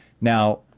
Now